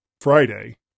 Friday